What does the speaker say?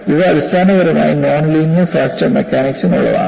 ഇവ അടിസ്ഥാനപരമായി non linear fracture മെക്കാനിക്സിനുള്ളതാണ്